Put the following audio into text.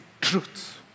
truth